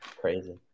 Crazy